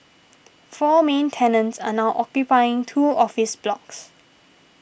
four main tenants are now occupying two office blocks